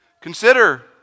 Consider